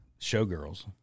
Showgirls